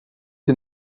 est